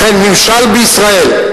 לכן ממשל בישראל,